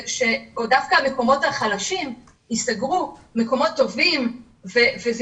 שדווקא המקומות החלשים ייסגרו ואלה מקומות טובים מה